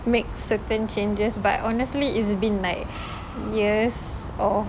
make certain changes but honestly it's been like years of